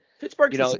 Pittsburgh